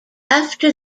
after